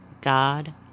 God